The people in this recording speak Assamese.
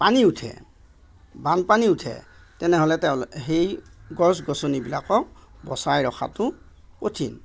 পানী উঠে বানপানী উঠে তেনেহ'লে তেওঁ সেই গছ গছনিবিলাকক বচাই ৰখাতো কঠিন